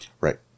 right